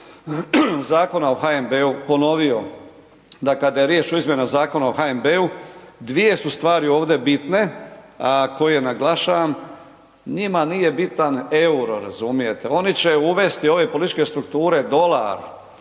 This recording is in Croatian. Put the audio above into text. Zakona o HNB-u ponovio, da kada je riječ o izmjenama Zakona o HNB-u dvije su stvari ovdje bitne koje naglašavam. Njima nije bitan EUR-o oni će uvesti ove političke strukture dolar,